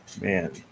man